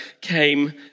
came